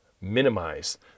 minimize